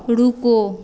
रूको